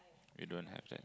you don't have that